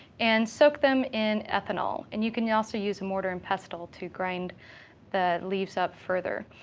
and soaked them in ethanol. and you can yeah also use and mortar and pestle to grind the leaves up further.